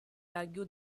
argue